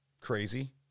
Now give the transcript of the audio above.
crazy